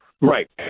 right